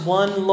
one